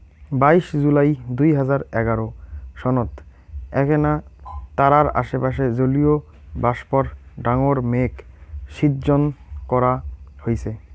বাইশ জুলাই দুই হাজার এগারো সনত এ্যাকনা তারার আশেপাশে জলীয়বাষ্পর ডাঙর মেঘ শিজ্জন করা হইচে